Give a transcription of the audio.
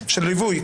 הליווי.